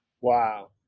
Wow